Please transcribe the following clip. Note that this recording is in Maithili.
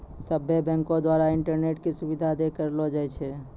सभ्भे बैंको द्वारा इंटरनेट के सुविधा देल करलो जाय छै